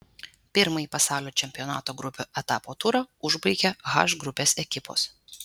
pirmąjį pasaulio čempionato grupių etapo turą užbaigė h grupės ekipos